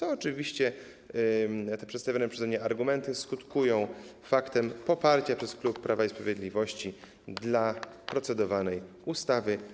Oczywiście te przedstawione przeze mnie argumenty skutkują faktem poparcia przez klub Prawa i Sprawiedliwości dla procedowanej ustawy.